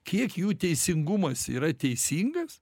kiek jų teisingumas yra teisingas